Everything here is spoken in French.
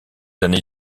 années